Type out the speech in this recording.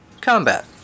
Combat